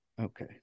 okay